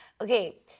Okay